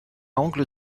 angle